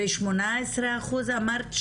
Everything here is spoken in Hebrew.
ו-18% של